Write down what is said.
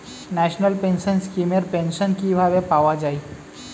National pension scheme এর pension কিভাবে পাওয়া যায়?